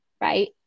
right